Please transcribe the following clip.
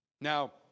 Now